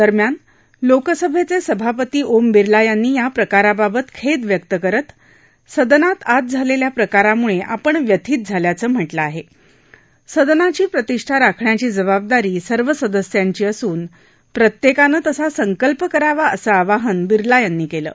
दरम्यान लोकसभद्व सभापती ओम बिर्ला यांनी याप्रकाराबाबत खद्द व्यक्त करत सदनात आज झालख्या प्रकारामुळ आपण व्यथित झाल्याचं म्हटलं आहा सदनाची प्रतिष्ठा राखण्याची जबाबदारी सर्व सदस्यांची असून प्रत्यक्तिनं तसा संकल्प करावा असं आवाहन बिर्ला यांनी कलि